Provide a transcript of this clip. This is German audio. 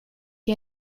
die